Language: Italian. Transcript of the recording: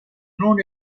non